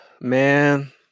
Man